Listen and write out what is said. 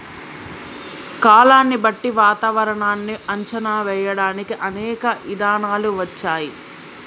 కాలాన్ని బట్టి వాతావరనాన్ని అంచనా వేయడానికి అనేక ఇధానాలు వచ్చాయి